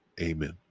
amen